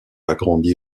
agrandi